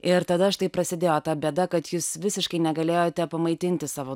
ir tada štai prasidėjo ta bėda kad jūs visiškai negalėjote pamaitinti savo